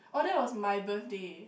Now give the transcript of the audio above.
oh that was my birthday